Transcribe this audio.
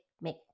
make